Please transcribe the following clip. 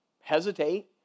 hesitate